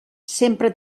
sempre